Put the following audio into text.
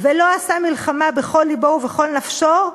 ולא עשה מלחמה בכל לבו ובכל נפשו,